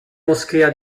moschea